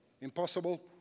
Impossible